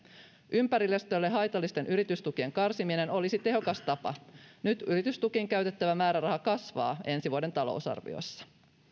ympäristölle haitallisten yritystukien karsiminen olisi tehokas tapa nyt yritystukiin käytettävä määräraha kasvaa ensi vuoden talousarviossa